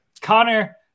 Connor